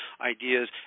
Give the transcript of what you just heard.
ideas